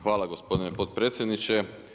Hvala gospodine potpredsjedniče.